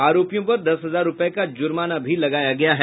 आरोपियों पर दस हजार रूपये का जुर्माना भी लगाया है